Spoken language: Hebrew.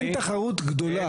אין תחרות גדולה.